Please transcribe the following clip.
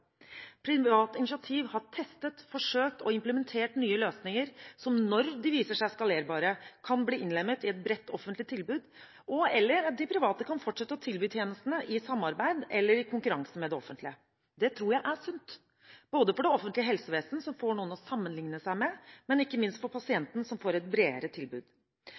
Privat initiativ har testet, forsøkt og implementert nye løsninger som når de viser seg skalerbare, kan bli innlemmet i et bredt offentlig tilbud, og/eller de private kan fortsette å tilby tjenestene i samarbeid eller i konkurranse med det offentlige. Det tror jeg er sunt for det offentlige helsevesen, som får noen å sammenlikne seg med, men ikke minst for pasienten, som får et bredere tilbud.